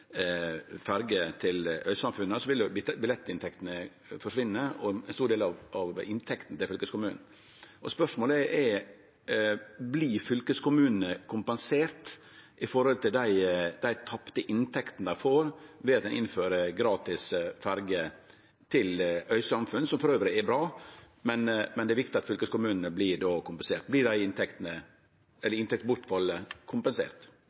stor del av inntekta til fylkeskommunen. Spørsmålet er: Vert fylkeskommunane kompenserte for dei tapte inntektene dei får ved at ein innfører gratis ferje til øysamfunn, som elles er bra? Det er viktig at fylkeskommunane vert kompenserte. Så vert det inntektsbortfallet kompensert?